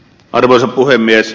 arvoisa puhemies